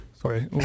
Sorry